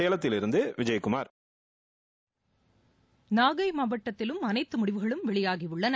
சேலத்திலிருந்து விஜயகுமார் நாகை மாவட்டத்திலும் அனைத்து முடிவுகளும் வெளியாகியுள்ளன